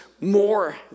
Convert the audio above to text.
more